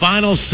Final